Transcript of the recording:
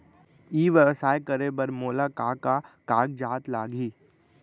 ई व्यवसाय करे बर मोला का का कागजात लागही?